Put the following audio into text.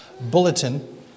bulletin